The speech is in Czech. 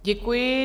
Děkuji.